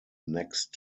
next